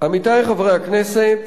עמיתי חברי הכנסת,